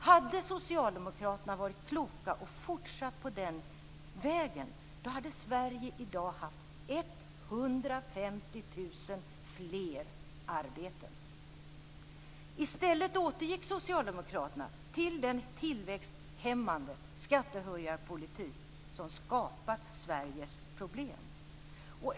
Hade Socialdemokraterna varit kloka och fortsatt på den vägen hade Sverige i dag haft 150 000 fler arbeten. I stället återgick Socialdemokraterna till den tillväxthämmande skattehöjarpolitik som skapat Sveriges problem.